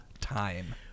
time